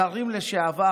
שרים לשעבר,